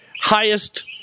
highest